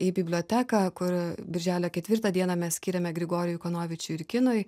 į biblioteką kur birželio ketvirtą dieną mes skiriame grigorijui kanovičiui ir kinui